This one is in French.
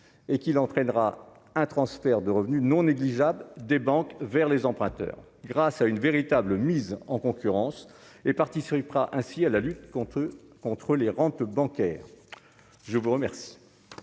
et qu'il entraînera un transfert de revenus non négligeable des banques vers les emprunteurs grâce à une véritable mise en concurrence et participera ainsi à la lutte contre contre les rentes bancaire. Je vous remercie.